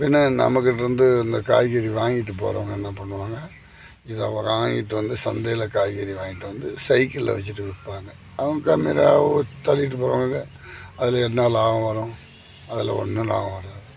பின்ன நம்மக்கிட்டேருந்து இந்த காய்கறி வாங்கிட்டு போகிறவங்க என்ன பண்ணுவாங்க இதை வாங்கிட்டு வந்து சந்தையில் காய்கறி வாங்கிட்டு வந்து சைக்கிளில் வெச்சுட்டு விற்பாங்க அவங்க தள்ளிட்டு போகிறவங்க அதில் என்ன லாபம் வரும் அதில் ஒன்றும் லாபம் வராது